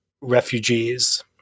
refugees